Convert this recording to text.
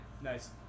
Nice